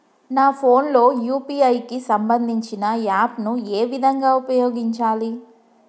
నా ఫోన్ లో యూ.పీ.ఐ కి సంబందించిన యాప్ ను ఏ విధంగా ఉపయోగించాలి?